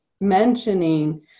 mentioning